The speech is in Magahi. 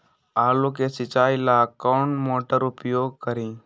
आलू के सिंचाई ला कौन मोटर उपयोग करी?